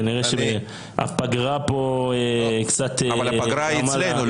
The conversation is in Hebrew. כנראה שהפגרה פה קצת --- אבל הפגרה היא אצלנו,